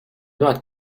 not